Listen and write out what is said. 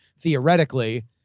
theoretically